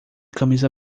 camisa